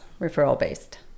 referral-based